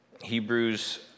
Hebrews